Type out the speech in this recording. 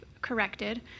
corrected